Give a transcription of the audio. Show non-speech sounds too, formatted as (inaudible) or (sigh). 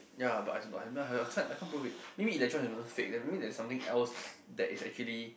ya but I can't I can't prove it maybe electrons (noise) fake maybe there's something else that is actually